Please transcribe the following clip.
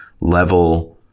level